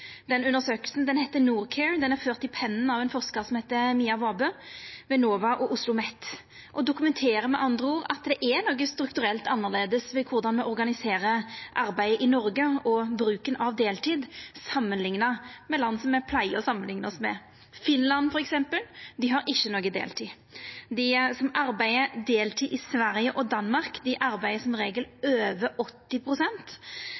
er ført i pennen av ein forskar som heiter Mia Vabø ved NOVA og OsloMet, og dokumenterer med andre ord at det er noko strukturelt annleis ved korleis me organiserer arbeidet og bruken av deltid i Noreg, samanlikna med land som me bruker å samanlikna oss med. Finland, f. eks., har ikkje deltid. Dei som arbeider deltid i Sverige og Danmark, arbeider som regel